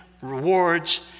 rewards